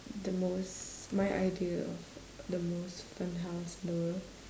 the most my idea of the most fun house in the world